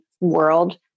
world